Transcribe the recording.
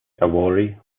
awori